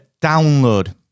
download